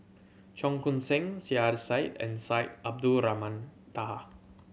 Cheong Koon Seng Saiedah Said and Syed Abdulrahman Taha